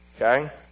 Okay